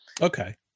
Okay